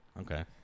Okay